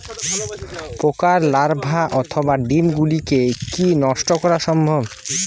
পোকার লার্ভা অথবা ডিম গুলিকে কী নষ্ট করা সম্ভব?